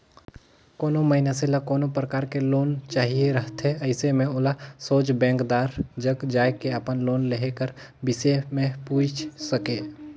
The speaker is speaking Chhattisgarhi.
कोनो मइनसे ल कोनो परकार ले लोन चाहिए रहथे अइसे में ओला सोझ बेंकदार जग जाए के अपन लोन लेहे कर बिसे में पूइछ सके